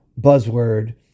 buzzword